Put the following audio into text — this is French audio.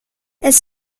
elles